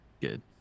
Good